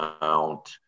amount